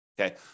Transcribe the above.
okay